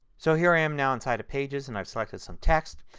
so here i am now inside of pages and i have selected some text.